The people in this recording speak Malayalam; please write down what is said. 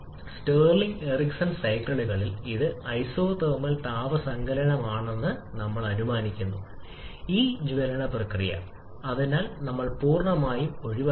പ്രത്യേകിച്ചും വിപുലീകരണ പ്രക്രിയ വളരെ താഴ്ന്ന മർദ്ദത്തിൽ നിന്ന് ആരംഭിക്കുന്നത് ഇത് എല്ലായ്പ്പോഴും ഇതിൽ നിന്ന് കുറഞ്ഞ വ്യായാമത്തെ സൂചിപ്പിക്കുന്നു